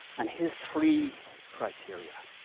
and his three criteria,